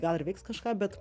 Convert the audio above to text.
gal ir veiks kažką bet